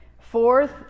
Fourth